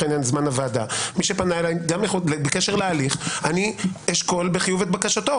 הוועדה בקשר להליך אני אשקול בחיוב את בקשתו.